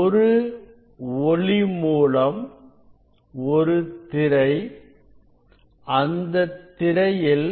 ஒரு ஒளி மூலம் ஒரு திரை அந்தத் திரையில்